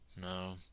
No